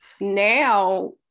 Now